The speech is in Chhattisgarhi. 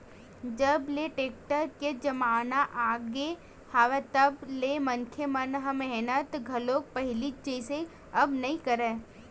जब ले टेक्टर के जमाना आगे हवय तब ले मनखे मन ह मेहनत घलो पहिली जइसे अब नइ करय